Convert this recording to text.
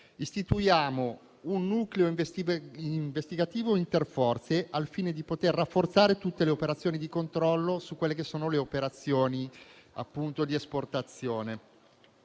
Istituiamo un nucleo ispettivo interforze, al fine di rafforzare tutte le operazioni di controllo sulle operazioni di esportazione.